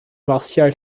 martial